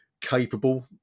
capable